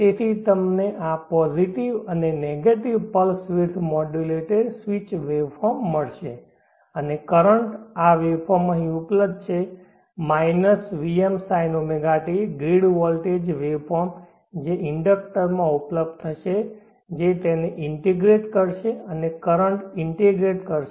તેથી તમને આ પોઝિટિવ અને negative pulse width modulated switched waveform મળશે અને કરંટ આ વેવફોર્મ અહીં ઉપલબ્ધ છે minus vmsinωt grid voltage waveform જે ઇન્ડિક્ટરમાં ઉપલબ્ધ થશે જે તેને ઇન્ટેગ્રેટ કરશે અને કરંટ ઇન્ટેગ્રેટ કરશે